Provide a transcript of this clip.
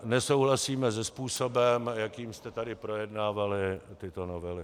Nesouhlasíme se způsobem, jakým jste tady projednávali tyto novely.